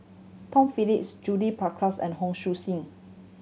Tom Phillips Judith Prakash and Hon Sui Sen